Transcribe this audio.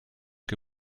que